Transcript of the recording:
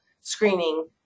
screening